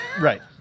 Right